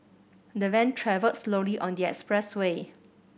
the van travelled slowly on the expressway